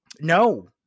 no